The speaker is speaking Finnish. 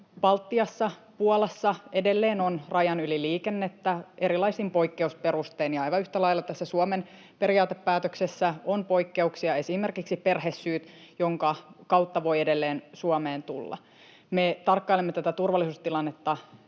Baltiassa, Puolassa edelleen on rajan yli liikennettä erilaisin poikkeusperustein, ja aivan yhtä lailla tässä Suomen periaatepäätöksessä on poikkeuksia, esimerkiksi perhesyyt, joiden kautta voi edelleen Suomeen tulla. Me tarkkailemme tätä turvallisuustilannetta